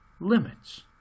limits